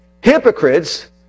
hypocrites